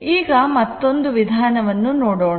ಈಗ ಮತ್ತೊಂದು ವಿಧಾನವನ್ನು ನೋಡೋಣ